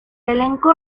elenco